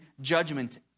judgment